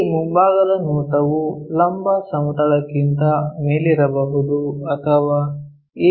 ಈ ಮುಂಭಾಗದ ನೋಟವು ಲಂಬ ಸಮತಲಕ್ಕಿಂತ ಮೇಲಿರಬಹುದು ಅಥವಾ ಎ